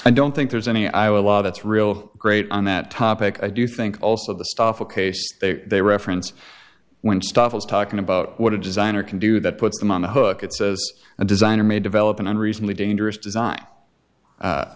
i don't think there's any iowa law that's real great on that topic i do think also the stoffel case they reference when stuff is talking about what a designer can do that puts them on the hook it says a designer may develop an unreasonably dangerous